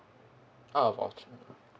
ah voucher